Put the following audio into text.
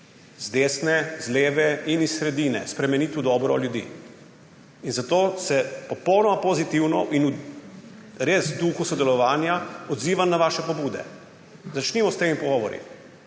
z desne, z leve in iz sredine spremeniti v dobro ljudi. In zato se popolnoma pozitivno in res v duhu sodelovanja odzivam na vaše pobude. Začnimo s temi pogovori.